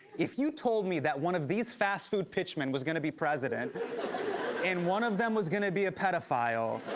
if you told me that one of these fast-food pitchmen was gonna be president and one of them was gonna be a pedophile,